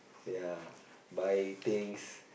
ya buy things